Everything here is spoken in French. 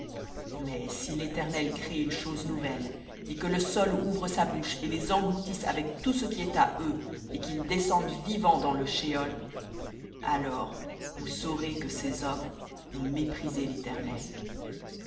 mais si l'éternel crée une chose nouvelle et que le sol ouvre sa bouche et les engloutisse avec tout ce qui est à eux et qu'ils descendent vivants dans le shéol alors vous saurez que ces hommes ont méprisé l'éternel